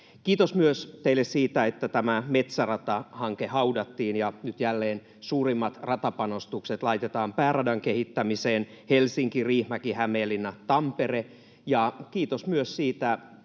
Kiitos teille myös siitä, että tämä metsäratahanke haudattiin ja nyt jälleen suurimmat ratapanostukset laitetaan pääradan kehittämiseen, Helsinki—Riihimäki—Hämeenlinna—Tampere. Kiitos myös siitä